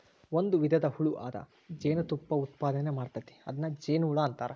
ಒಂದು ವಿಧದ ಹುಳು ಅದ ಜೇನತುಪ್ಪಾ ಉತ್ಪಾದನೆ ಮಾಡ್ತತಿ ಅದನ್ನ ಜೇನುಹುಳಾ ಅಂತಾರ